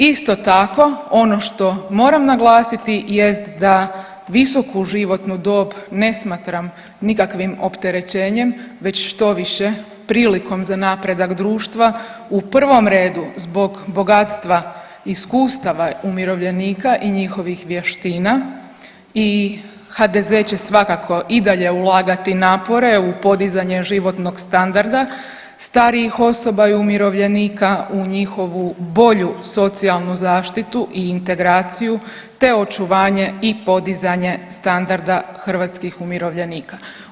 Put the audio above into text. Isto tako, ono što moram naglasiti jest da visoku životnu dob ne smatram nikakvim opterećenjem već štoviše prilikom za napredak društva, u prvom redu zbog bogatstva iskustava umirovljenika i njihovih vještina i HDZ će svakako i dalje ulagati napore u podizanje životnog standarda starijih osoba i umirovljenika u njihovu bolju socijalnu zaštitu i integraciju te očuvanje i podizanje standarda hrvatskih umirovljenika.